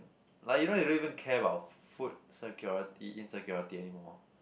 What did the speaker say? like you know you don't even care about food security insecurity anymore